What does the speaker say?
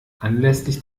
anlässlich